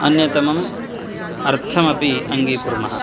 अन्यतमम् अर्थम् अपि अङ्गीकुर्मः